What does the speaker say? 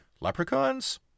leprechauns